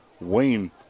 Wayne